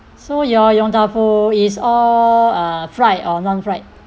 so your yong tau foo is all uh fried or non-fried